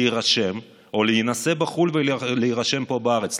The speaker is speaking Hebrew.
להירשם או להינשא בחו"ל ולהירשם פה בארץ?